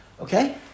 Okay